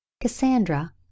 Cassandra